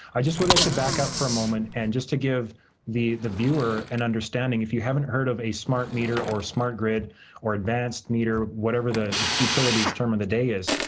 i just would like to back up for a moment, and just to give the the viewer an understanding. if you haven't heard of a smart meter or a smart grid or advanced meter, whatever the utilities term of the day is,